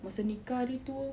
masa nikah hari tu